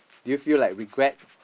do you feel like regret